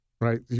right